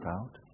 out